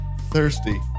thirsty